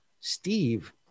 Steve